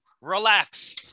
Relax